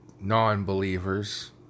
non-believers